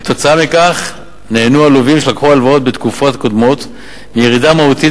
כתוצאה מכך נהנו הלווים שלקחו הלוואות בתקופות קודמות מירידה מהותית